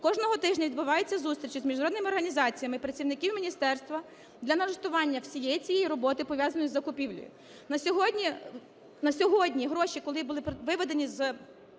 Кожного тижня відбуваються зустрічі з міжнародними організаціями працівників міністерства для налаштування всієї цієї роботи, пов'язаної з закупівлею.